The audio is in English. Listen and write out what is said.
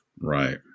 Right